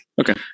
Okay